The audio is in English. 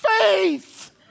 faith